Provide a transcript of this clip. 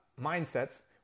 mindsets